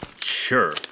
sure